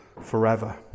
forever